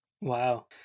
Wow